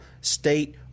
state